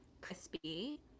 crispy